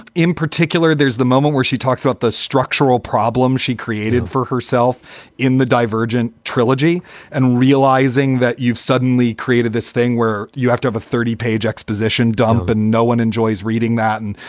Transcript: in particular, there's the moment where she talks about the structural problems she created for herself in the divergent trilogy and realizing that you've suddenly created this thing where you have to have a thirty page exposition dump and no one enjoys reading that. and,